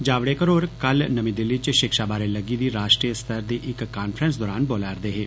जावडेकर होर कल नर्मी दिल्ली च शिक्षा बारै लग्गी दी राष्ट्री सतर दी इक कांफ्रेंस दौरान बोला' रदे हे